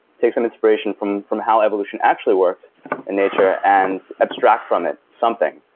take some inspiration from from how evolution actually works in nature and abstract from it, something,